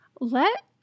Let